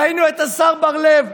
ראינו את השר בר לב,